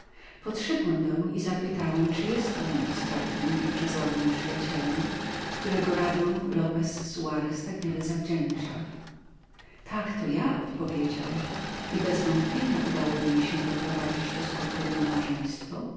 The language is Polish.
podszedłem doń i zapytałem czy jest owym roztropnym i przezornym przyjacielem którego radom lopez suarez tak wiele zawdzięcza tak to ja odpowiedział i bez wątpienia udałoby mi się doprowadzić do skutku jego małżeństwo